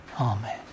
Amen